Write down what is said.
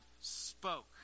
spoke